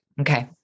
Okay